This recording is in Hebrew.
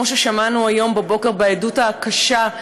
כמו ששמענו היום בבוקר בעדות הקשה,